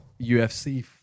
UFC